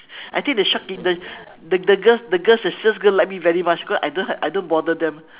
I think the shop in the girls the girls the sales girls like me very much because I don't I don't bother them